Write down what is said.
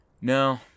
No